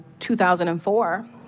2004